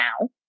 now